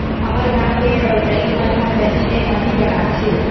हमर गांव के रउतइन मन ह दही ले मही बनाथे